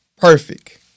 perfect